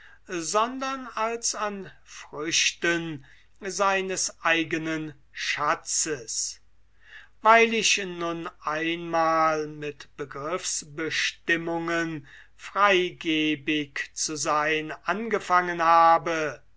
sondern als an früchten seines eigenen schatzes weil ich nun einmal mit begriffsbestimmungen freigebig zu sein angefangen habe